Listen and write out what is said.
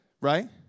Right